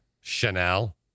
Chanel